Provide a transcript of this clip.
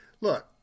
Look